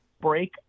Break